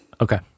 Okay